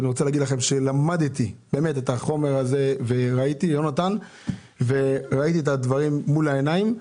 ואני רוצה להגיד לכם שלמדתי את החומר הזה וראיתי את הדברים מול העיניים.